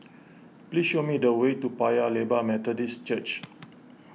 please show me the way to Paya Lebar Methodist Church